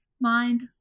Mind